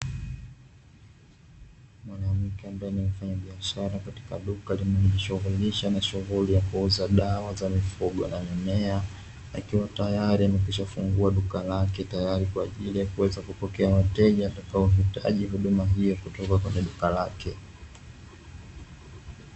Mwanamke ambaye ni mfanyabiashara katika duka linalojishughulisha na shughuli ya kuuza dawa za mifugo na mimea, akiwa tayari amekwishafungua duka lake tayari kwa ajili ya kuweza kupokea wateja watakaohitaji huduma hiyo kutoka kwenye duka lake.